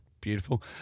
Beautiful